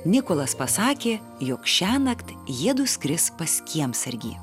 nikolas pasakė jog šiąnakt jiedu skris pas kiemsargį